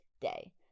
day